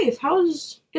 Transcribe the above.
How's